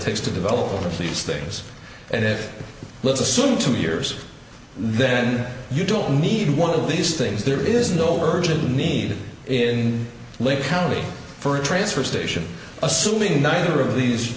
takes to develop all of these things and it let's assume two years then you don't need one of these things there is no urgent need in lake county for a transfer station assuming neither of these